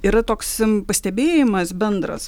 yra toks pastebėjimas bendras